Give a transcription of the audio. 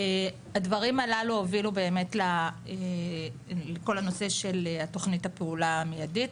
הדברים הללו הובילו באמת לכל הנושא של תוכנית הפעולה המיידית.